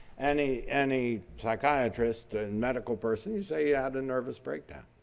any any psychiatrist and medical person, you say, i had a nervous breakdown.